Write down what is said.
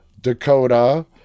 Dakota